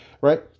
right